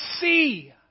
see